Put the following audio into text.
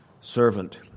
servant